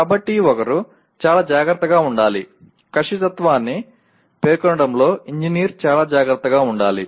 కాబట్టి ఒకరు చాలా జాగ్రత్తగా ఉండాలి ఖచ్చితత్వాన్ని పేర్కొనడంలో ఇంజనీర్ చాలా జాగ్రత్తగా ఉండాలి